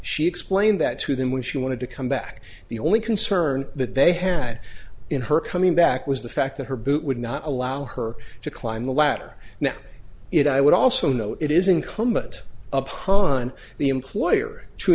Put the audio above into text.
she explained that to them when she wanted to come back the only concern that they had in her coming back was the fact that her boot would not allow her to climb the ladder now it i would also know it is incumbent upon the employer to